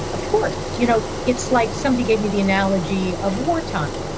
of course, you know it's like somebody gave me the analogy of war time.